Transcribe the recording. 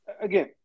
Again